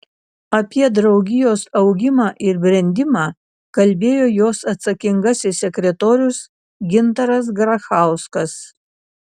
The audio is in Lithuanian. apie draugijos augimą ir brendimą kalbėjo jos atsakingasis sekretorius gintaras grachauskas